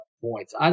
points